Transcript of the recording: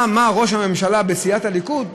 מה אמר ראש הממשלה בסיעת הליכוד,